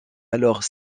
alors